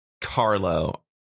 Carlo